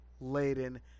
laden